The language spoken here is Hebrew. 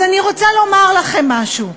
אז אני רוצה לומר לכם משהו: